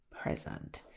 present